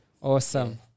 Awesome